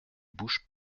bougent